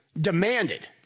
demanded